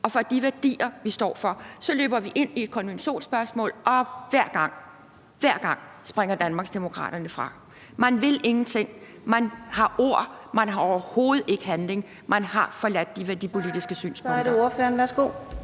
og for de værdier, vi står for, så løber vi ind i et konventionsspørgsmål, og hver gang – hver gang! – springer Danmarksdemokraterne fra. Man vil ingenting. Man har ord. Man har overhovedet ikke handling. Man har forladt de værdipolitiske synspunkter.